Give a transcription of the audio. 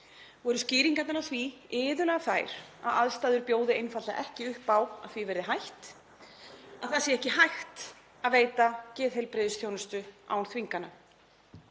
eru skýringarnar á því iðulega þær að aðstæður bjóði einfaldlega ekki upp á að því verði hætt, að það sé ekki hægt að veita geðheilbrigðisþjónustu án þvingana.